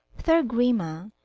thorgrima,